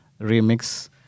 remix